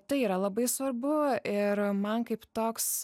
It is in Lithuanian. tai yra labai svarbu ir man kaip toks